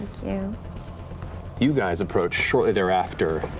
and you guys approach shortly thereafter,